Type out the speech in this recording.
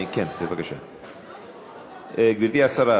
גברתי השרה,